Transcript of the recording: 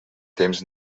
temps